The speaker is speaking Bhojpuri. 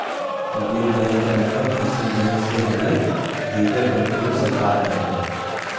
पब्लिक बैंक क मतलब अइसन बैंक से हउवे जेकर कण्ट्रोल सरकार करेला